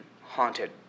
haunted